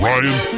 Ryan